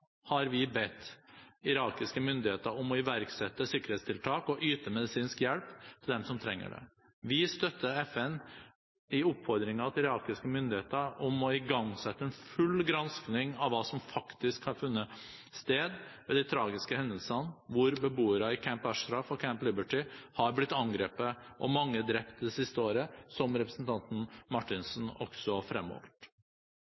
har vi bedt irakiske myndigheter om å iverksette sikkerhetstiltak og yte medisinsk hjelp til dem som trenger det. Vi støtter FN i oppfordringen til irakiske myndigheter om å igangsette en full gransking av hva som faktisk har funnet sted ved de tragiske hendelsene, hvor beboere i Camp Ashraf og Camp Liberty har blitt angrepet og mange drept det siste året, som representanten